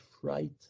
fright